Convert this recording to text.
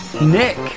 nick